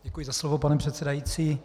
Děkuji za slovo, pane předsedající.